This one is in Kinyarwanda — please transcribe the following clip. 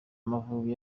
amavubi